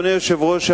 אדוני היושב-ראש,